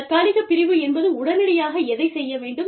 தற்காலிகப் பிரிவு என்பது உடனடியாக எதைச் செய்ய வேண்டும்